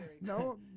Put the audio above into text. No